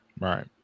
right